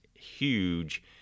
Huge